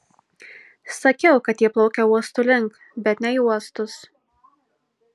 sakiau kad jie plaukia uostų link bet ne į uostus